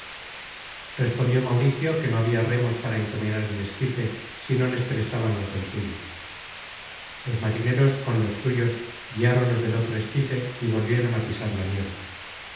respondió mauricio que no habia remos para encaminar el esquife si no les prestaban los del suyo los marineros con los suyos guiaron los del otro esquife y volvieron á pisar la nieve